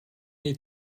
die